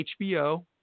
HBO